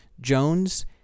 Jones